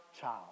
child